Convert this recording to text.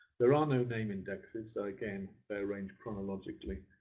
there are no name indexes, so again, they're arranged chronologically.